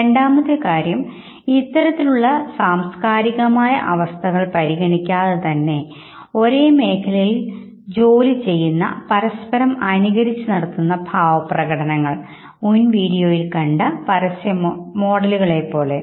രണ്ടാമത്തെ കാര്യം ഇത്തരത്തിലുള്ള സാംസ്കാരികമായ അവസ്ഥകൾ പരിഗണിക്കാതെ തന്നെ ഒരേ മേഖലയിൽ ജോലി ചെയ്യുന്ന പരസ്പരം അനുകരിച്ച് നടത്തുന്ന ഭാവപ്രകടനങ്ങൾമുൻ വിഡിയോയിൽ കണ്ട മോഡലുകളെ പോലെ